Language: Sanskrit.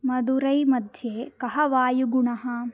मदुरै मध्ये कः वायुगुणः